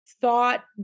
thought